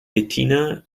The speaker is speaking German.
bettina